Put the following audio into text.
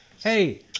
Hey